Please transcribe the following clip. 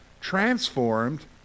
Transformed